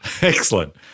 Excellent